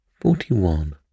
Forty-one